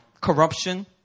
corruption